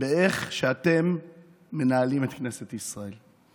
באיך שאתם מנהלים את כנסת ישראל.